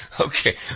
Okay